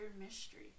Mystery